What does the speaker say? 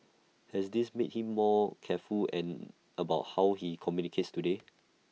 has this made him more careful about how he communicates today